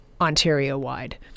Ontario-wide